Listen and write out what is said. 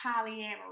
Polyamory